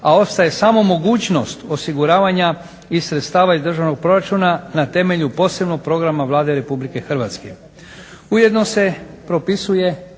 a ostaje samo mogućnost osiguravanja iz sredstava iz državnog proračuna na temelju posebnog programa Vlade RH. Ujedno se propisuje